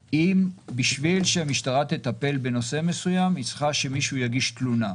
בשביל שהמשטרה תטפל בנושא מסוים היא צריכה שמישהו יגיש תלונה.